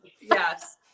Yes